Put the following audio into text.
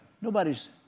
Nobody's